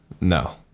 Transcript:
No